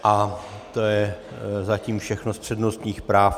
A to je zatím všechno z přednostních práv.